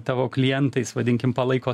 tavo klientais vadinkim palaiko